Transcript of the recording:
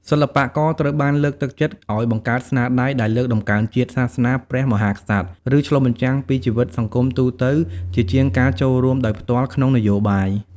សិល្បករត្រូវបានលើកទឹកចិត្តឱ្យបង្កើតស្នាដៃដែលលើកតម្កើងជាតិ សាសនា ព្រះមហាក្សត្រ ឬឆ្លុះបញ្ចាំងពីជីវិតសង្គមទូទៅ ជាជាងការចូលរួមដោយផ្ទាល់ក្នុងនយោបាយ។